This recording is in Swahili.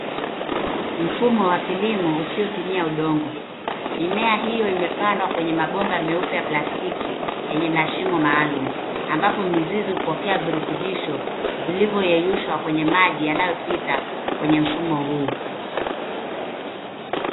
fuMmo wa kilimo usiotumia udongo. Mimea hiyo imepandwa kwenye mambomba meupe ya plastiki yenye mashimo maalum ambapo mizizi hupokea virutubisho vilivyo yeyushwa kwenye maji yanayopita kwenye mfumo huu.